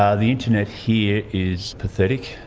ah the internet here is pathetic.